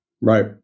Right